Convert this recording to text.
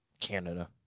Canada